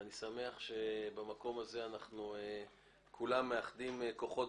אני שמח שבמקום הזה כולם מאחדים כוחות,